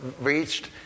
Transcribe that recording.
reached